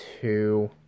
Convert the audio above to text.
two